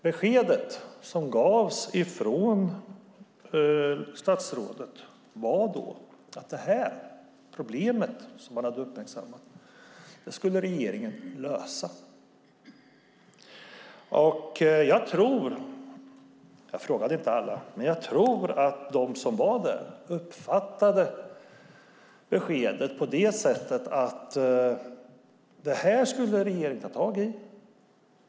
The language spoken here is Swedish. Beskedet som gavs av statsrådet var att detta problem skulle lösas av regeringen. Även om jag inte frågade alla tror jag att de som var där uppfattade beskedet som att regeringen skulle ta tag i detta.